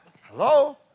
Hello